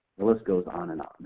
the list goes on and on.